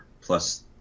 plus